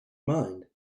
mind